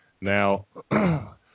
Now